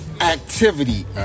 Activity